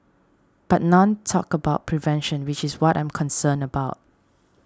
but none talked about prevention which is what I'm concerned about